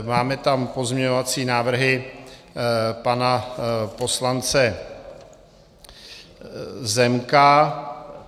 Máme tam pozměňovací návrhy pana poslance Zemka.